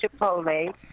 Chipotle